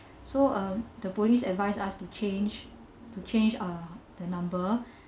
so um the police advised us to change to change ah the number